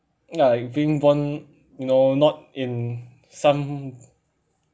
ya like being born you know not in some